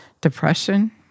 depression